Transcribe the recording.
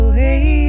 hey